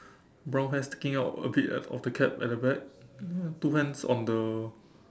brown hair sticking out a bit uh of the cap at the back two hands on the